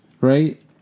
right